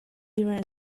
run